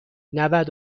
نود